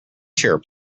chair